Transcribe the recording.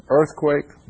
earthquake